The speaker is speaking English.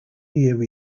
near